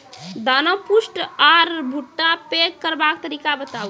दाना पुष्ट आर भूट्टा पैग करबाक तरीका बताऊ?